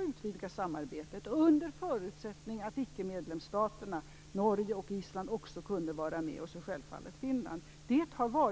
utvidga samarbetet under förutsättning att de stater som icke är medlemmar, dvs. Norge och Island, och självfallet Finland också kunde vara med.